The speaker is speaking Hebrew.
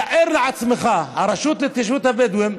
תאר לעצמך, הרשות להתיישבות הבדואים,